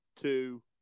two